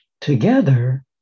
together